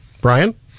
brian